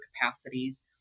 capacities